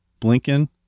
Blinken